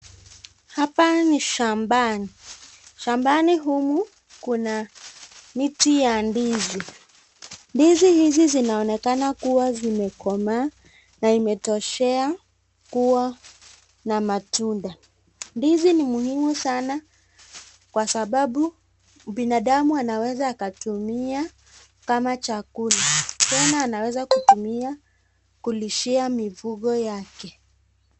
Hapa ni shambani , shambani humu Kuna miti ya ndizi, ndizi hizi zinaonekana zimekomaa na imetoshea kua na matunda . Ndizi ni muhimu kwa sababu binadamu anaweza akatimia kama chakula tena anaweza tumia kulishia mifuko yake.